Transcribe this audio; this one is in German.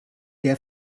der